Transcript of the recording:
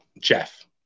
Jeff